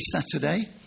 Saturday